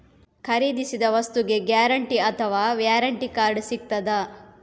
ಖರೀದಿಸಿದ ವಸ್ತುಗೆ ಗ್ಯಾರಂಟಿ ಅಥವಾ ವ್ಯಾರಂಟಿ ಕಾರ್ಡ್ ಸಿಕ್ತಾದ?